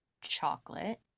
chocolate